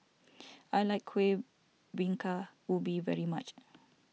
I like Kueh Bingka Ubi very much